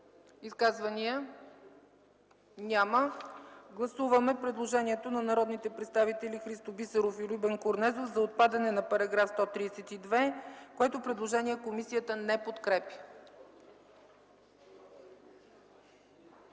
Изказвания? Няма. Гласуваме предложението на народните представители Христо Бисеров и Любен Корнезов за отпадане на § 132, което комисията не подкрепя.